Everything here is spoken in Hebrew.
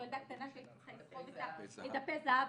ילדה שהייתי צריכה לסחוב את -- "דפי זהב".